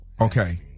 Okay